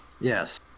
Yes